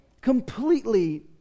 completely